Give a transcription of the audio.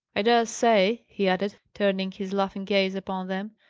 i dare say, he added, turning his laughing gaze upon them,